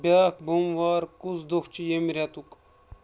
بیٛاکھ بوٚموار کُس دۄہ چھُ ییٚمۍ رٮ۪تُک